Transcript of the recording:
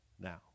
now